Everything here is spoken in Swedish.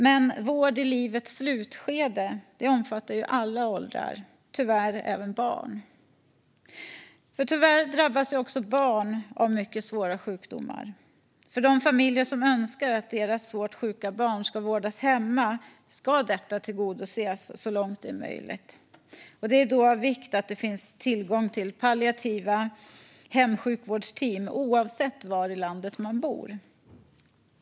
Men vård i livets slutskede omfattar alla åldrar, även barn. Tyvärr drabbas också barn av mycket svåra sjukdomar. För de familjer som önskar att deras svårt sjuka barn ska vårdas hemma ska detta tillgodoses så långt det är möjligt. Det är då av vikt att det finns tillgång till palliativa hemsjukvårdsteam, oavsett var i landet man bor.